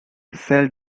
cell